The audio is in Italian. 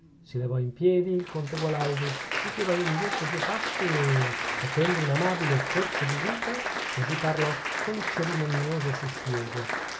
leone si levò in piedi il conte gualandi si tirò indietro due passi e facendo un amabile scorcio di vita così parlò con cerimonioso sussiego